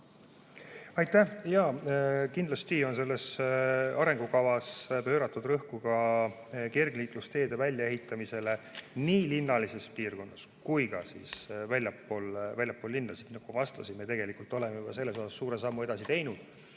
Aitäh! Jaa, kindlasti on selles arengukavas pandud rõhku ka kergliiklusteede väljaehitamisele nii linnalises piirkonnas kui ka väljaspool linnasid. Ma vastasin, et me tegelikult oleme juba suure sammu edasi teinud